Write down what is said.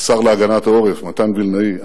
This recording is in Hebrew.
השר להגנת העורף מתן וילנאי,